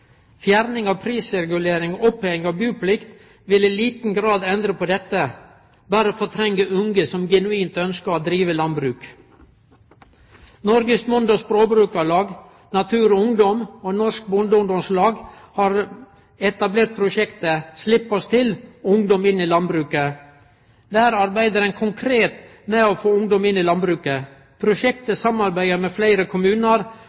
Fjerning av prisregulering og oppheving av buplikt vil i liten grad endre på dette, berre fortrengje unge som genuint ønskjer å drive landbruk. Norsk Bonde- og Småbrukarlag, Natur og Ungdom og Norsk Bygdeungdomslag har etablert prosjektet «Slipp oss til – ungdom inn i landbruket». Der arbeider ein konkret med å få ungdom inn i landbruket. Prosjektet samarbeider med fleire kommunar